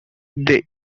they